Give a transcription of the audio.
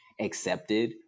accepted